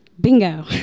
Bingo